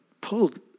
pulled